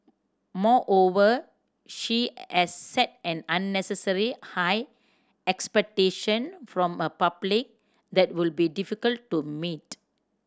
moreover she as set an unnecessary high expectation from a public that would be difficult to meet